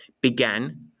began